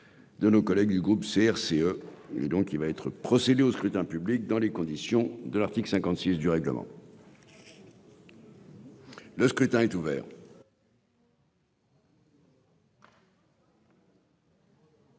De nos collègues du groupe CRCE et donc il va être procédé au scrutin public dans les conditions de l'article 56 du règlement. Le scrutin est ouvert.